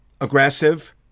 aggressive